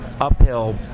uphill